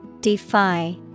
Defy